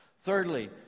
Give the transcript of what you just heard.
Thirdly